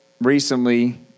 recently